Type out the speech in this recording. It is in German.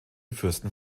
fürsten